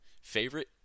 favorite